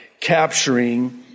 capturing